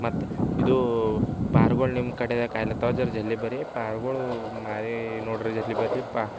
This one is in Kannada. ಮತ್ತು ಇದು ಪಾರ್ಗೋಳು ನಿಮ್ಮ ಕಡೆದಾಗ ಕಾಯ್ಲತ್ತಾವೆ ಜರಾ ಜಲ್ದಿ ಬನ್ರಿ ಪಾರ್ಗೋಳ ಮಾರಿ ನೋಡಿರಿ ಜಲ್ದಿ ಬನ್ರಿ ಪ